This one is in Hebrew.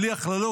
בלי הכללות,